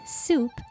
soup